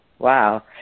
Wow